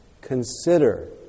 consider